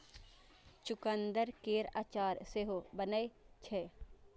चुकंदर केर अचार सेहो बनै छै